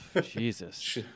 Jesus